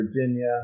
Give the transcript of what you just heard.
Virginia